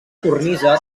cornisa